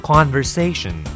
Conversation